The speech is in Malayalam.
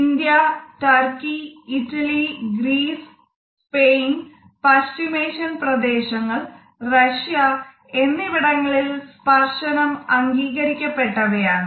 India Turkey Italy Greece Spain പശ്ചിമേഷ്യൻ പ്രദേശങ്ങൾ റഷ്യ എന്നിവിടങ്ങളിൽ സ്പർശനം അംഗീകരിക്കപ്പെട്ടവയാണ്